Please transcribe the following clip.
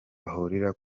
bahurira